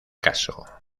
caso